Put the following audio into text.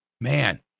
Man